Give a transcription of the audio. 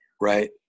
Right